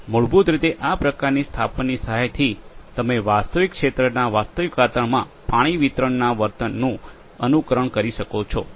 ઠીક છે અને તેથી મૂળભૂત રીતે આ પ્રકારની સ્થાપનની સહાયથી તમે વાસ્તવિક ક્ષેત્રના વાસ્તવિક વાતાવરણમાં પાણી વિતરણના વર્તનનું અનુકરણ કરી શકો છો